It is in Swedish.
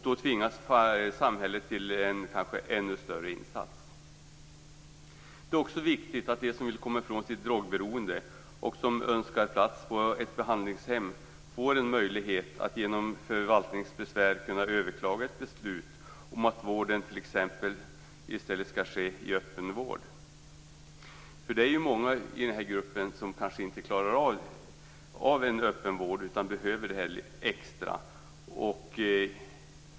Då tvingas kanske samhället till en ännu större insats. Det är också viktigt att de som vill komma ifrån sitt drogberoende och som önskar plats på ett behandlingshem får en möjlighet att genom förvaltningsbesvär överklaga ett beslut om att vården i stället skall ske i t.ex. öppenvård. Det är ju många i den här gruppen som kanske inte klarar av öppenvård utan behöver det här extra.